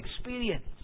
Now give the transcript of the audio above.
experience